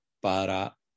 para